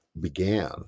began